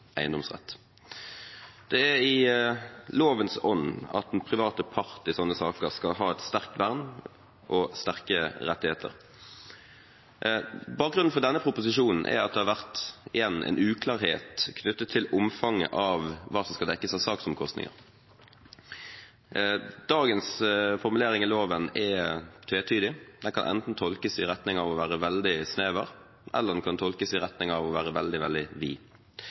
eiendomsrett. Det er i lovens ånd at den private part i slike saker skal ha et sterkt vern og sterke rettigheter. Bakgrunnen for denne proposisjonen er at det har vært uklarhet knyttet til omfanget av hva som skal dekkes av saksomkostninger. Dagens formulering i loven er tvetydig. Den kan enten tolkes i retning av å være veldig snever, eller den kan tolkes i retning av å være veldig